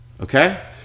okay